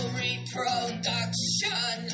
reproduction